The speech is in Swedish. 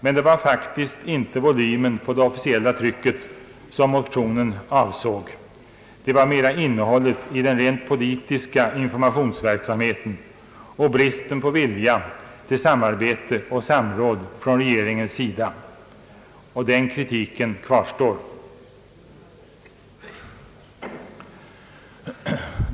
Men det var faktiskt inte volymen på det officiella trycket som motionen avsåg, det var mera innehållet i den rent politiska informationsverksamheten och bristen på vilja till samarbete och samråd från regeringens sida. Den kritiken kvarstår.